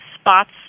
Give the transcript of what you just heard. spots